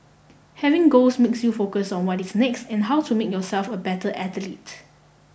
having goals makes you focus on what is next and how to make yourself a better athlete